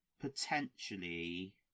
Potentially